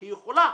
היא יכולה.